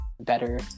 better